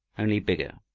only bigger,